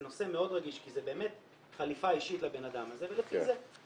זה נושא מאוד רגיש כי זה באמת חליפה אישית לבן אדם הזה ולפי זה.